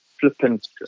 flippant